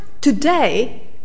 today